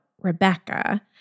Rebecca